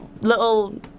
little